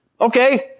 Okay